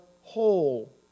whole